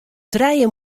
trije